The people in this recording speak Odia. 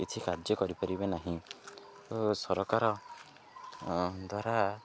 କିଛି କାର୍ଯ୍ୟ କରିପାରିବେ ନାହିଁ ଓ ସରକାର ଦ୍ୱାରା